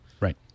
right